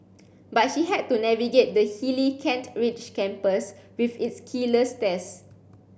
but she had to navigate the hilly Kent Ridge campus with its killer stairs